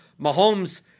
Mahomes